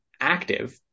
active